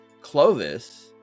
Clovis